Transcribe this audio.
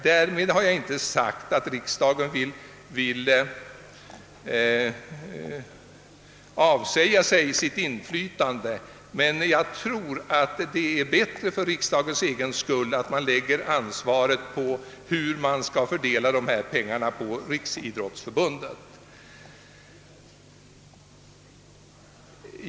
Därmed har jag inte sagt att riksdagen skall avsäga sig sitt inflytande, men jag tror att det för riksdagens egen skull är bättre om man lägger ansvaret för fördelningen av pengarna på Riksidrottsförbundet.